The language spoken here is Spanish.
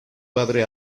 padre